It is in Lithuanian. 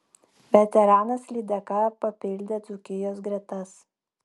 veteranas lydeka papildė dzūkijos gretas